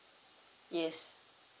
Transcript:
yes